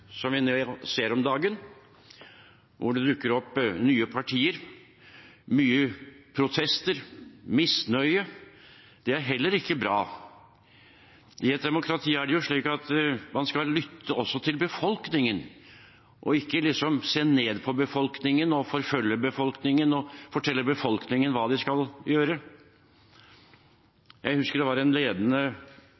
som vi ser om dagen, hvor det dukker opp nye partier, mye protester, misnøye – det er heller ikke bra. I et demokrati skal man jo lytte til befolkningen, ikke se ned på befolkningen, forfølge befolkningen og fortelle befolkningen hva de skal